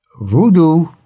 voodoo